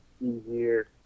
easier